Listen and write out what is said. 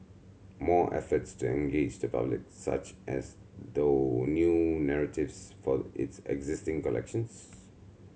more efforts to engage the public such as through new narratives for its existing collections